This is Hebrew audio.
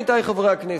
עמיתי חברי הכנסת,